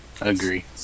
Agree